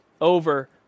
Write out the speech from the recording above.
over